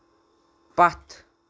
پتھ